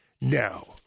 Now